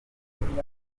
wamenya